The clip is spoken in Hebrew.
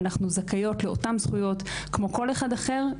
אנחנו זכאיות לאותן זכויות כמו כל אחד אחר,